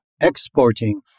exporting